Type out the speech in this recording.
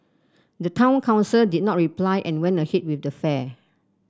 the town council did not reply and went ahead with the fair